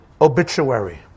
obituary